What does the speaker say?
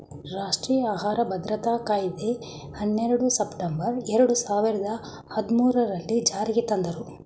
ರಾಷ್ಟ್ರೀಯ ಆಹಾರ ಭದ್ರತಾ ಕಾಯಿದೆ ಹನ್ನೆರಡು ಸೆಪ್ಟೆಂಬರ್ ಎರಡು ಸಾವಿರದ ಹದ್ಮೂರಲ್ಲೀ ಜಾರಿಗೆ ತಂದ್ರೂ